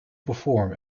perform